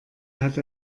hat